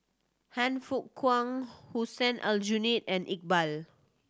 Han Fook Kwang Hussein Aljunied and Iqbal